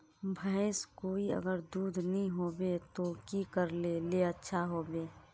भैंस कोई अगर दूध नि होबे तो की करले ले अच्छा होवे?